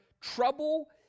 trouble